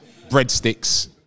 breadsticks